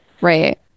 right